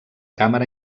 càmera